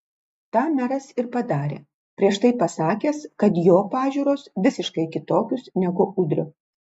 tą meras ir padarė prieš tai pasakęs kad jo pažiūros visiškai kitokios negu udrio